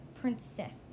princess